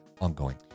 ongoing